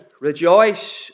Rejoice